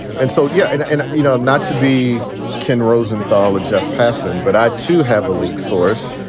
and so, yeah. and and, you know, not to be ken rosenthal or jeff passan, but i too, have a league source,